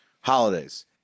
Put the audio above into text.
Holidays